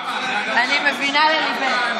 אני מקשיבה.